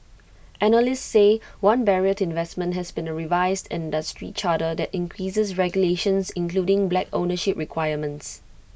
analysts say one barrier to investment has been A revised industry charter that increases regulations including black ownership requirements